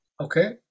Okay